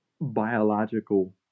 biological